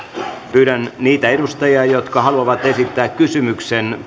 pyydän niitä edustajia jotka haluavat esittää kysymyksen